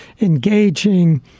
engaging